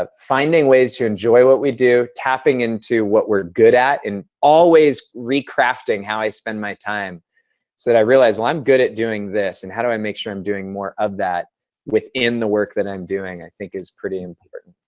ah finding ways to enjoy what we do, tapping into what we're good at, and always recrafting how i spend my time so that i realize that i'm good at doing this, and how do i make sure i'm doing more of that within the work that i'm doing i think is pretty important.